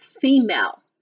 female